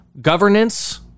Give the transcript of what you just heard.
governance